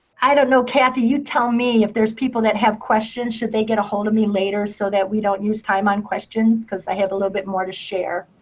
i don't know, cathy, you tell me if there's people that have questions. should they get a hold of me later so that we don't use time on questions? because i have a little bit more to share.